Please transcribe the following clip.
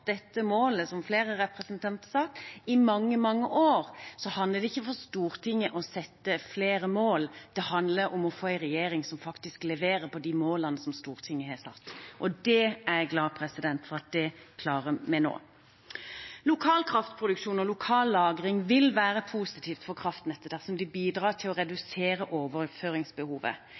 dette målet, som flere representanter har sagt, i mange, mange år. Så handler det ikke for Stortinget om å sette flere mål. Det handler om å få en regjering som faktisk leverer på de målene som Stortinget har satt, og det er jeg glad for at vi klarer nå. Lokal kraftproduksjon og lokal lagring vil være positivt for kraftnettet dersom det bidrar til å redusere overføringsbehovet.